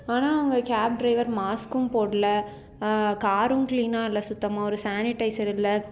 ஆனால் உங்கள் cab driver மாஸ்க்கும் போடல காரும் கிளீனாக இல்லை சுத்தமாக ஒரு சேனிடைசர் இல்லை